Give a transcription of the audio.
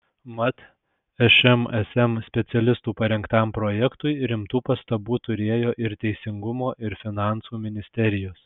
mat šmsm specialistų parengtam projektui rimtų pastabų turėjo ir teisingumo ir finansų ministerijos